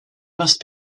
must